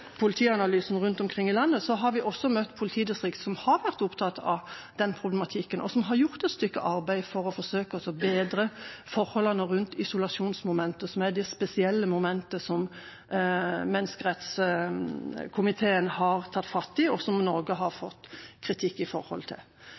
politianalysen, har vi også møtt politidistrikt som har vært opptatt av den problematikken, og som har gjort et stykke arbeid for å forsøke å bedre forholdene rundt isolasjonsmomentet, som er det spesielle momentet som menneskerettskomiteen har tatt fatt i, og som Norge har